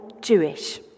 Jewish